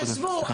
עזבו,